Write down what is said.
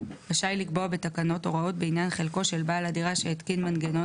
רשאי לקבוע בתקנות הוראות בעניין חלקו של בעל הדירה שהתקין מנגנון